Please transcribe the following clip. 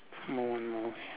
no no